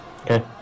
Okay